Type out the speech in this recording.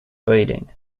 breeding